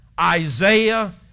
Isaiah